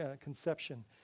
conception